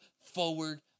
forward